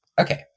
okay